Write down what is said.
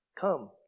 come